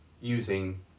using